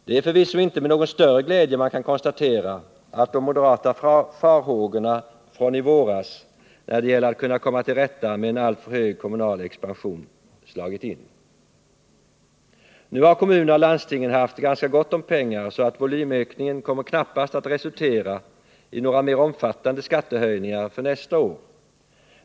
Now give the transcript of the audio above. Det är förvisso inte med någon större glädje man kan konstatera att de moderata farhågorna från i våras när det gäller svårigheterna att komma till rätta med en alltför hög kommunal expansion slagit in. Nu har kommunerna och landstingen haft ganska gott om pengar, så volymökningen kommer knappast att resultera i några mer omfattande skattehöjningar för nästa år.